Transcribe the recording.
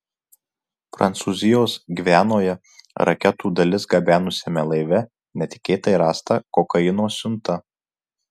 prancūzijos gvianoje raketų dalis gabenusiame laive netikėtai rasta kokaino siunta